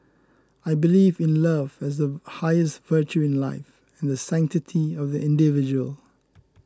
I believe in love as the highest virtue in life and the sanctity of the individual